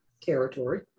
territory